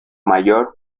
mayor